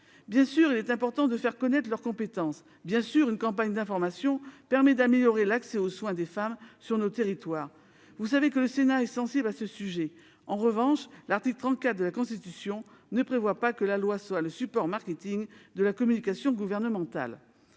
bien sûr important de faire connaître les compétences des sages-femmes, et une campagne d'information permettra d'améliorer l'accès aux soins des femmes sur nos territoires. Vous savez que le Sénat est sensible à ce sujet. En revanche, l'article 34 de la Constitution ne prévoit pas que la loi soit le support marketing de la communication gouvernementale